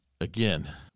again